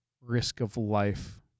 risk-of-life